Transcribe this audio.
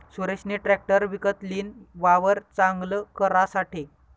सुरेशनी ट्रेकटर विकत लीन, वावर चांगल करासाठे